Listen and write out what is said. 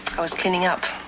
i was cleaning up.